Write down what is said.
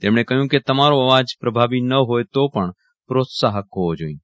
તેમણે કહ્યું કે તમારો અવાજ પ્રભાવી ન હોય તો પણ પ્રોત્સાહક હોવો જોઈએ